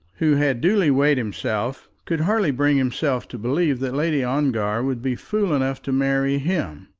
who had duly weighed himself, could hardly bring himself to believe that lady ongar would be fool enough to marry him!